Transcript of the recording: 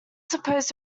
suppose